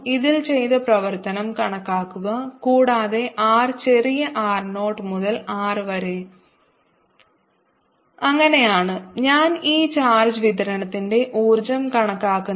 ഇതിൽ ചെയ്ത പ്രവർത്തനം കണക്കാക്കുക കൂടാതെ r ചെറിയ r 0 മുതൽ R വരെ അങ്ങനെയാണ് ഞാൻ ഈ ചാർജ് വിതരണത്തിന്റെ ഊർജ്ജം കണക്കാക്കുന്നത്